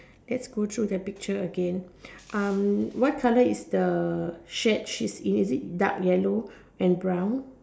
let's go through the picture again um what color is the shed she's in is it dark yellow and brown